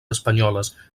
espanyoles